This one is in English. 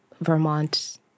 Vermont